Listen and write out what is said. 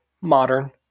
Modern